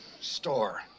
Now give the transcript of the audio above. store